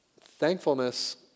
Thankfulness